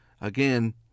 again